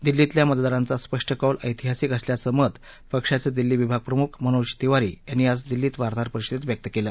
दिल्लीतल्या मतदारांचा स्पष्ट कौल ऐतिहासिक असल्याचं मत पक्षाचे दिल्ली विभाग प्रमुख मनोज तिवारी यांनी आज दिल्लीत वार्ताहर परिषदेत व्यक्त केलं